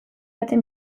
baten